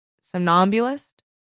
Somnambulist